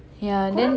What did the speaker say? ya then